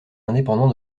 indépendant